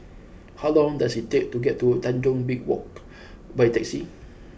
how long does it take to get to Tanjong B Walk by taxi